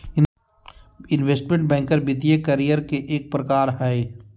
investment banker वित्तीय career के एक प्रकार हय